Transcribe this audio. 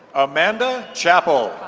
amanda chapel